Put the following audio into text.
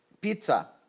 pizza.